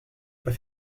pas